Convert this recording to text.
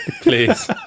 please